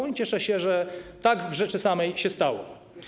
I cieszę się, że tak w rzeczy samej się stało.